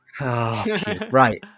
Right